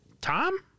Tom